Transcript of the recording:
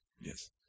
Yes